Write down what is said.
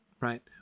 right